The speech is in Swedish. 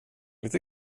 lite